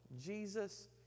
Jesus